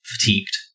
fatigued